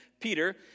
Peter